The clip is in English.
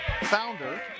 founder